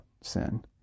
sin